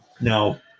Now